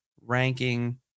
ranking